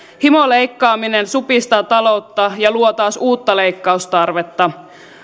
himoleikkaaminen supistaa taloutta ja luo taas uutta leikkaustarvetta